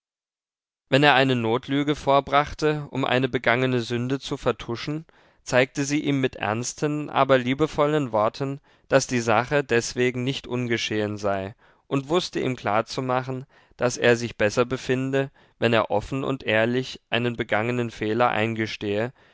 wenn er eine notlüge vorbrachte um eine begangene sünde zu vertuschen zeigte sie ihm mit ernsten aber liebevollen worten daß die sache deswegen nicht ungeschehen sei und wußte ihm klarzumachen daß er sich besser befinde wenn er offen und ehrlich einen begangenen fehler eingestehe